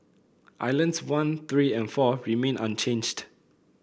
islands one three and four remained unchanged